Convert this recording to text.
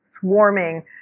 swarming